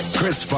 Chris